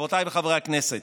רבותיי חברי הכנסת,